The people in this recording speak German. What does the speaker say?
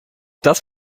das